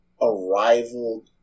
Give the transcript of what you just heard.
Arrival